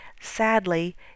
sadly